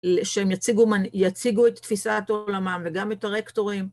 ‫שהם יציגו את תפיסת עולמם ‫וגם את הרקטורים.